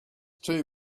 too